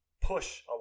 push